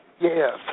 Yes